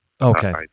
Okay